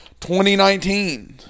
2019